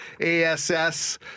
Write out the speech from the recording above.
ass